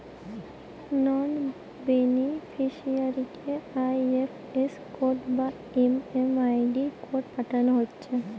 নন বেনিফিসিয়ারিকে IFS code বা MMID code পাঠানা হচ্ছে